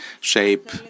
shape